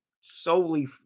solely